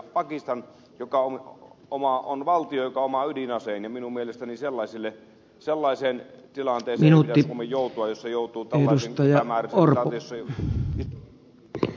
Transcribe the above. pakistan on valtio joka omaa ydinaseen ja minun mielestäni sellaiseen tilanteeseen ei pidä suomen joutua jossa joutuu tällaiseen epämääräiseen tilanteeseen